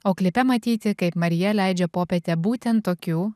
o klipe matyti kaip marija leidžia popietę būtent tokių